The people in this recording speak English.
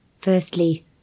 Firstly